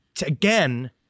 again